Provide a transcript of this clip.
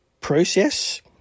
process